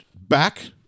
back